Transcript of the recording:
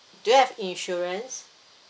do you have insurance